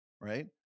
right